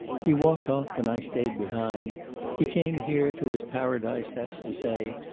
he walked off and i stayed behind he came here, to his paradise that's to say,